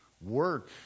Work